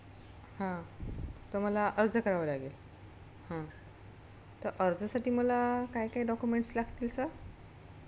हां तर मला अर्ज करावं लागेल हं तर अर्जसाठी मला काय काय डॉक्युमेंट्स लागतील सर